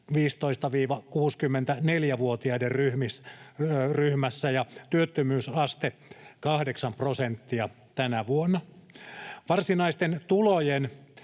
15—64-vuotiaiden ryhmässä ja työttömyysaste kahdeksan prosenttia tänä vuonna. Varsinaisten tulojen